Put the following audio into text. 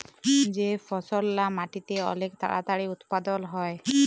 যে ফসললা মাটিতে অলেক তাড়াতাড়ি উৎপাদল হ্যয়